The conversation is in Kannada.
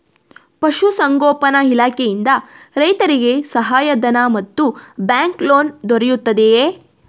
ಪಶು ಸಂಗೋಪನಾ ಇಲಾಖೆಯಿಂದ ರೈತರಿಗೆ ಸಹಾಯ ಧನ ಮತ್ತು ಬ್ಯಾಂಕ್ ಲೋನ್ ದೊರೆಯುತ್ತಿದೆಯೇ?